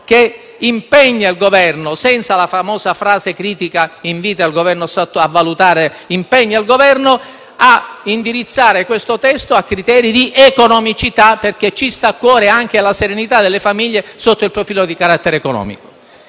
che impegna il Governo - senza la famosa frase critica: «invita il Governo a valutare» - a indirizzare questo testo a criteri di economicità, perché ci sta a cuore anche la serenità delle famiglie sotto il profilo di carattere economico.